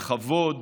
בכבוד